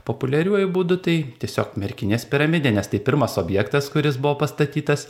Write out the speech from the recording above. populiariuoju būdu tai tiesiog merkinės piramidė nes tai pirmas objektas kuris buvo pastatytas